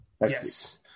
Yes